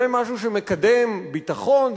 זה משהו שמקדם ביטחון?